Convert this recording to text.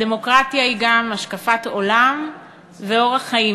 הדמוקרטיה היא גם השקפת עולם ואורח חיים.